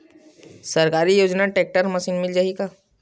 सरकारी योजना tractor machine मिल जाही का?